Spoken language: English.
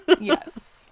yes